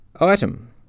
Item